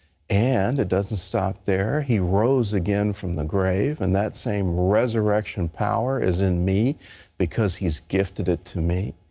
and it doesn't stop there. he rose again from the grave. and that same resurrection power is in me because he has gifted it to me.